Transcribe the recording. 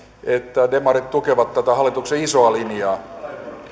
demarit tukevat tätä hallituksen isoa linjaa